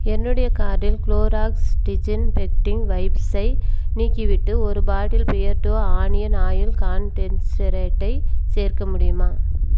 என்னுடைய கார்ட்டில் Clorox disinfecting வைப்ஸை நீக்கிவிட்டு ஒரு பாட்டில் பியர்டோ ஆனியன் ஆயில் கான்சென்டிரேட்டை சேர்க்க முடியுமா